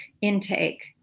intake